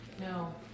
No